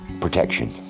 protection